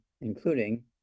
including